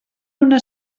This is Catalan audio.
una